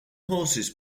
horses